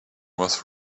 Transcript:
was